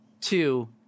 two